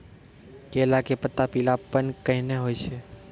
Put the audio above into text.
केला के पत्ता पीलापन कहना हो छै?